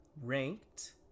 ranked